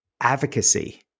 advocacy